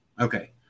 Okay